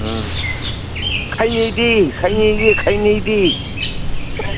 ꯎꯝ ꯈꯩꯅꯤꯗꯤ ꯈꯩꯅꯤꯗꯤ ꯈꯩꯅꯤꯗꯤ